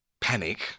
panic